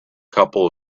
couple